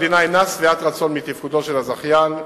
המדינה אינה שבעת רצון מתפקודו של הזכיין,